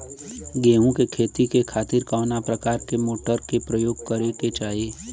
गेहूँ के खेती के खातिर कवना प्रकार के मोटर के प्रयोग करे के चाही?